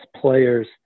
players